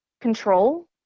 control